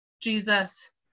Jesus